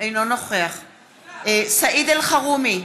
סעיד אלחרומי,